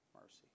mercy